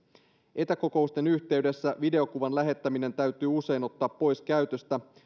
etäkokousten yhteydessä videokuvan lähettäminen täytyy usein ottaa pois käytöstä